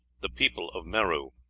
the people of merou.